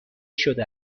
شده